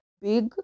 big